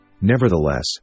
Nevertheless